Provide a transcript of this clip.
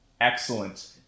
Excellent